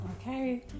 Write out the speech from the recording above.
Okay